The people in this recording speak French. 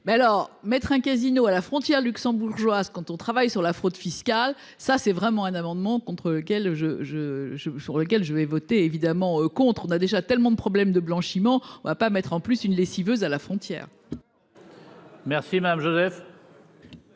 mais alors mettre un casino à la frontière luxembourgeoise. Quand on travaille sur la fraude fiscale, ça c'est vraiment un amendement contre lequel je je je je, sur lequel je vais voter évidemment contre. On a déjà tellement de problèmes de blanchiment. On va pas mettre en plus une lessiveuse, à la frontière. Merci madame Joseph.